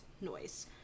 noise